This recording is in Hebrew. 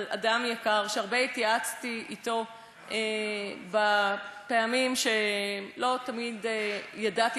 אדם יקר שהרבה התייעצתי אתו בפעמים שלא תמיד ידעתי